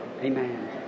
Amen